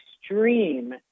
extreme